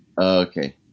Okay